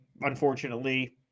unfortunately